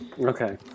Okay